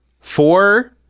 Four